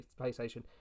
PlayStation